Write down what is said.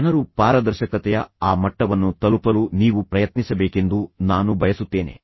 ಜನರು ಪಾರದರ್ಶಕತೆಯ ಆ ಮಟ್ಟವನ್ನು ತಲುಪಲು ನೀವು ಪ್ರಯತ್ನಿಸಬೇಕೆಂದು ನಾನು ಬಯಸುತ್ತೇನೆ